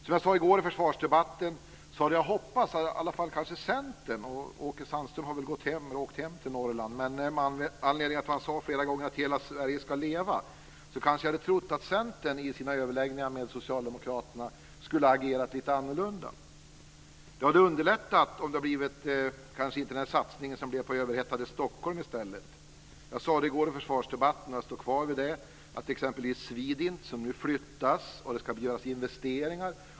Som jag sade i går i försvarsdebatten hade jag hoppats att i alla fall Centern - Åke Sandström har väl åkt hem till Norrland, han sade flera gånger att hela Sverige ska leva - i sina överläggningar med Socialdemokraterna skulle ha agerat lite annorlunda. Det hade underlättat om det inte hade blivit den satsning som det blev på överhettade Stockholm. Jag sade i går i försvarsdebatten, och jag står kvar vid det, att t.ex. Swedint flyttas och att det ska göras investeringar.